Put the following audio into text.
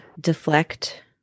deflect